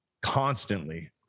constantly